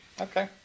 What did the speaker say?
Okay